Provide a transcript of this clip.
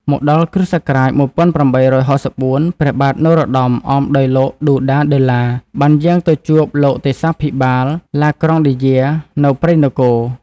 មកដល់គ. ស. ១៨៦៤ ព្រះបាទនរោត្តម អមដោយលោក ឌូដាដឺឡា បានយាងទៅជួបលោកទេសាភិបាល ឡាក្រង់ឌីយែ នៅព្រៃនគរ ។